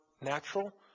natural